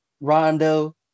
Rondo